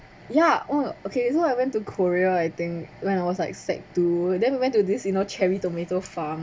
ya oh okay so I went to korea I think when I was like sec two then we went to this you know cherry tomato farm